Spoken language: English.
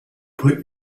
put